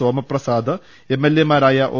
സോമപ്രസാദ് എംഎൽഎമാരായ ഒ